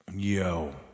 Yo